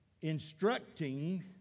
instructing